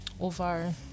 over